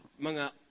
mga